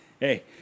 hey